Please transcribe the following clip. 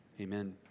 Amen